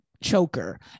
Choker